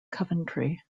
coventry